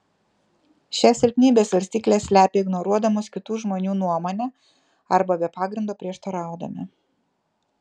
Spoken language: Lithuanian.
šią silpnybę svarstyklės slepia ignoruodamos kitų žmonių nuomonę arba be pagrindo prieštaraudami